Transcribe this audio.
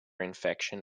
infection